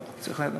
לא, צריך לידם.